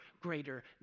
greater